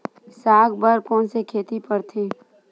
साग बर कोन से खेती परथे?